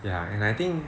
ya and I think